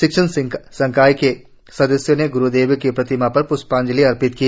शिक्षण संकाय के सदस्यों ने ग्रुदेव की प्रतिमा पर प्ष्पाजंलि अर्पित की